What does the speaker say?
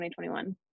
2021